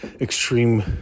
extreme